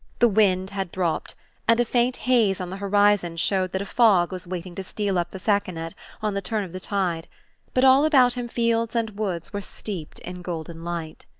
the wind had dropped and a faint haze on the horizon showed that a fog was waiting to steal up the saconnet on the turn of the tide but all about him fields and woods were steeped in golden light.